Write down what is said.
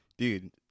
Dude